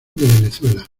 venezuela